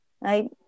right